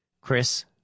Chris